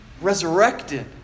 resurrected